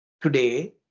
today